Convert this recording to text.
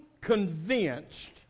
convinced